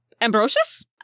ambrosius